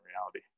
reality